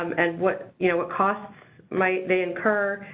um and what, you know, what cost might they incur.